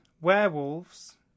Werewolves